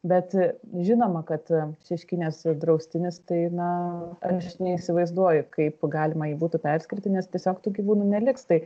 bet žinoma kad šeškinės draustinis tai na aš neįsivaizduoju kaip galima jį būtų perskirti nes tiesiog tų gyvūnų neliks tai